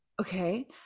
Okay